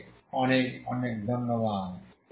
আপনাকে অনেক ধন্যবাদ